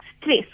stress